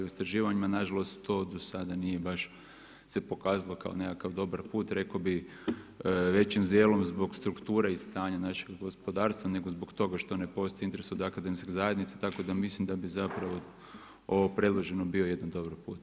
U istraživanjima nažalost to dosad nije baš se pokazalo kao nekakav dobar put, rekao bi, većim dijelom zbog strukture i stanja našega gospodarstva nego zbog toga što ne postoji interes od akademske zajednice, tako da mislim da bi zapravo ovo predloženo bio jedan dobar put.